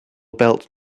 belt